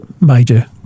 major